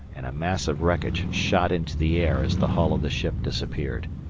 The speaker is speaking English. and a mass of wreckage shot into the air as the hull of the ship disappeared.